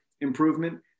improvement